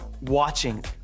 watching